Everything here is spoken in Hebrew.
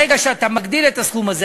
ברגע שאתה מגדיל את הסכום הזה,